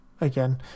again